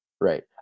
Right